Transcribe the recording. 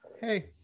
Hey